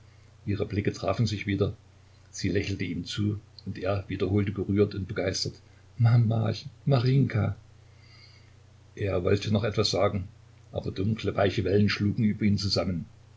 ihre blicke trafen sich wieder sie lächelte ihm zu und er wiederholte gerührt und begeistert mamachen marinjka er wollte noch etwas sagen aber dunkle weiche wellen schlugen über ihn zusammen